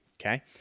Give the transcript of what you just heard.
okay